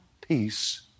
peace